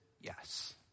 yes